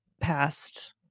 past